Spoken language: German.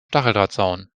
stacheldrahtzaun